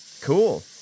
cool